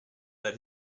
that